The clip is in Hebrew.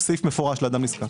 סעיף מפורש לאדם נזקק.